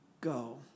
Go